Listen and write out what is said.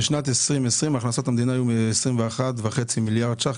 בשנת 2020 הכנסות המדינה היו 21.5 מיליארד שקלים,